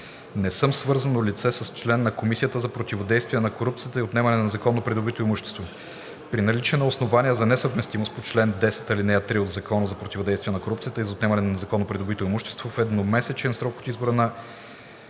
Не съм свързано лице с член на Комисията за противодействие на корупцията и отнемане на незаконно придобито имущество. При наличие на основания за несъвместимост по чл. 10, ал. 3 от Закона за противодействие на корупцията и за отнемане на незаконно придобитото имущество в едномесечен срок от избора ще